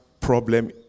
problem